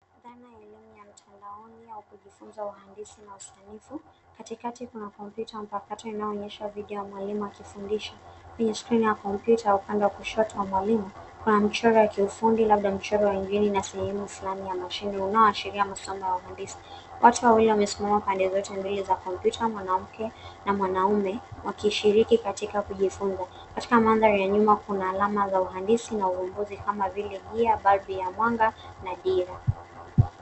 Dhana ya elimu ya mtandaoni ya kujifunza uhandisi na usanifu. Katikati kuna kompyuta mpakato inayoonyesha video ya mwalimu akifundisha. Kwenye skrini ya kompyuta upande wa kushoto wa mwalimu kuna michoro ya kiufundi labda mchoro wa ngeli na sehemu fulani ya mashine unaoashiria masomo ya uhandisi. Watu wawili wamesimama pande zote mbili za kompyuta, mwanamke na mwanaume wakishiriki katika kujifunza. Katika mandhari ya nyuma kuna alama za uhandisi na uanguzi kama vile gear , balbu ya mwanga na dira.